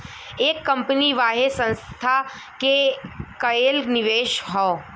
एक कंपनी वाहे संस्था के कएल निवेश हौ